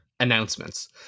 Announcements